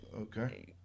okay